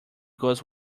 goes